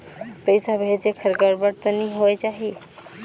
पइसा भेजेक हर गड़बड़ तो नि होए जाही?